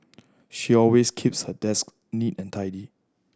she always keeps her desk neat and tidy